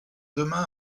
demain